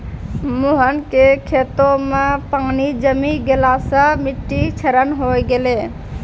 मोहन के खेतो मॅ पानी जमी गेला सॅ मिट्टी के क्षरण होय गेलै